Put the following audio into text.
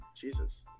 Jesus